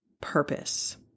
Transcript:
purpose